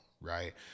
right